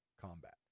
combat